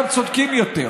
גם צודקים יותר,